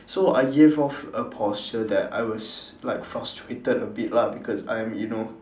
so I gave off a posture that I was like frustrated a bit lah because I am you know